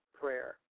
prayer